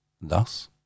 thus